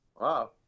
Wow